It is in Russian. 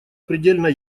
предельно